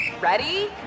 Ready